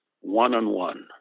one-on-one